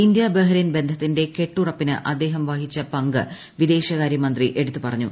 India Bahrain ബന്ധത്തിന്റെ കെട്ടുറപ്പിന് അദ്ദേഹം വഹിച്ച പങ്കു വിദേശകാര്യമന്ത്രി എടുത്തു പറഞ്ഞു